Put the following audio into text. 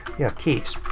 yeah, keys.